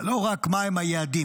לא רק מה הם היעדים